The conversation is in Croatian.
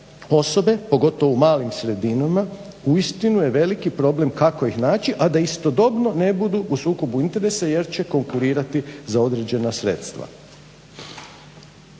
osobe, pogotovo u malim sredinama, uistinu je veliki problem kako ih naći, a da istodobno ne budu u sukobu interesa jer će konkurirati za određena sredstva.